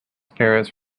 parents